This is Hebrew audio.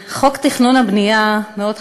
חוק התכנון והבנייה מאוד חשוב,